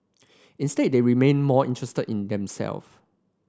instead they remained more interested in them self